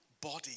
body